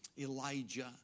Elijah